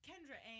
kendra